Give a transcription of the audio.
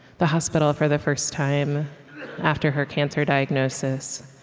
the hospital for the first time after her cancer diagnosis,